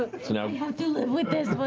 you know have to live with this